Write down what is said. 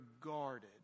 guarded